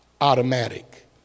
automatic